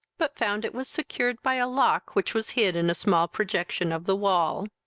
but found it was secured by a lock which was hid in a small projection of the wall.